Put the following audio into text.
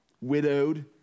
widowed